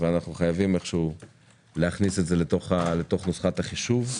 ואנחנו חייבים להכניס את זה אל תוך נוסחת החישוב.